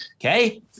Okay